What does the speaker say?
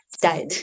died